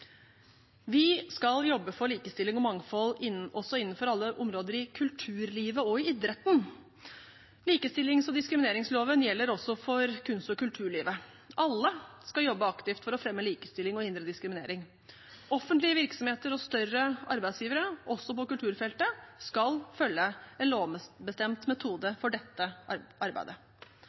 Vi skal jobbe for likestilling og mangfold også innenfor alle områder i kulturlivet og idretten. Likestillings- og diskrimineringsloven gjelder også for kunst- og kulturlivet. Alle skal jobbe aktivt for å fremme likestilling og hindre diskriminering, og offentlige virksomheter og større arbeidsgivere, også på kulturfeltet, skal følge en lovbestemt metode for dette arbeidet.